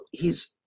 hes